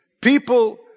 People